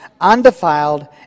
undefiled